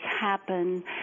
happen